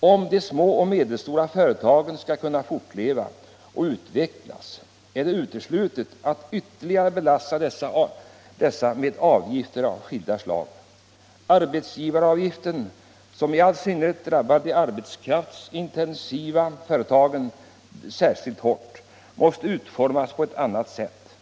Om de små och medelstora företagen skall kunna fortleva och utvecklas, är det uteslutet att ytterligare belasta dessa med avgifter av skilda slag. Arbetsgivaravgiften, som i all synnerhet drabbar de arbetskraftsintensiva företagen särskilt hårt, måste utformas på ett annat sätt.